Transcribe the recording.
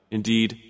Indeed